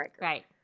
right